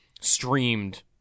streamed